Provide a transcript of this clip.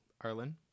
Arlen